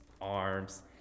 arms